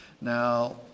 Now